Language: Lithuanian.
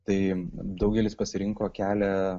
tai daugelis pasirinko kelią